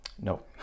no